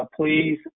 please